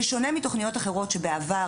בשונה מתוכניות אחרות שהיו בעבר,